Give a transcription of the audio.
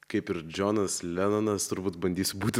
kaip ir džonas lenonas turbūt bandysiu būti